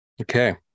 Okay